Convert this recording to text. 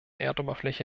erdoberfläche